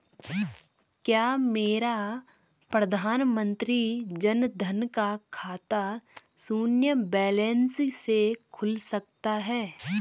क्या मेरा प्रधानमंत्री जन धन का खाता शून्य बैलेंस से खुल सकता है?